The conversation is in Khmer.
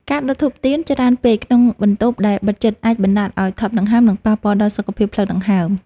ការដុតធូបទៀនច្រើនពេកក្នុងបន្ទប់ដែលបិទជិតអាចបណ្តាលឱ្យថប់ដង្ហើម និងប៉ះពាល់ដល់សុខភាពផ្លូវដង្ហើម។